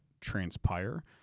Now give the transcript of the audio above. transpire